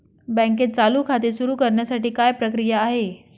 बँकेत चालू खाते सुरु करण्यासाठी काय प्रक्रिया आहे?